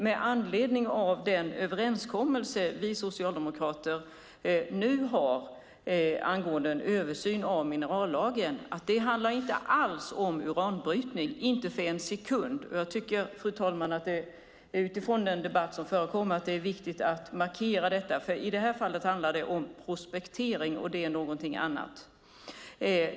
Med anledning av den överenskommelse som vi socialdemokrater nu har angående en översyn av minerallagen vill jag säga att det inte alls handlar om uranbrytning, inte för en sekund. Jag tycker att det är viktigt att markera detta. I det här fallet handlar det om prospektering, och det är någonting annat.